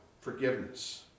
forgiveness